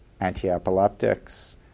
antiepileptics